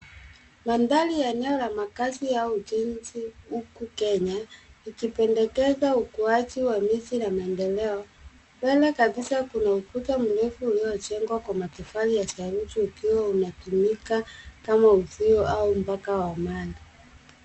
Mandhari ya eneo la makaazi au ujenzi huku Kenya, ikipendekeza ukuaji wa miji na maendeleo. Mbele kabisa kuna ukuta mrefu unaojengwa kwa matofali ya saruji ukiwa unatumika kama uzio au mpaka wa mali.